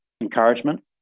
encouragement